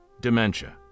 dementia